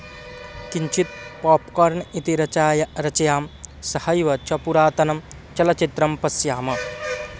किञ्चित् पाप्कार्न् इति रचय रचयाम सहैव च पुरातनं चलच्चित्रं पश्यामः